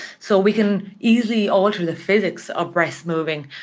so we can easily alter the physics of breasts moving,